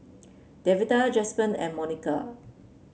Devante Jasper and Monika